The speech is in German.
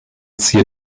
ziehe